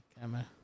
camera